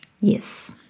Yes